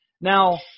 Now